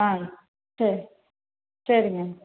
ஆ சரி சரிங்க